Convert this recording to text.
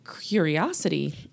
curiosity